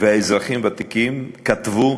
והאזרחים הוותיקים וכתבו,